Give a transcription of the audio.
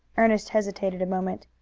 ernest hesitated a moment.